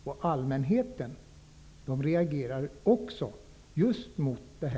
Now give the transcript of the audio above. Också allmänheten reagerar på just detta.